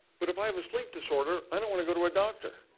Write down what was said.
but if i have a sleep disorder, i don't want to go to a doctor.